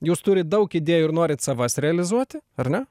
jūs turit daug idėjų ir norit savas realizuoti ar ne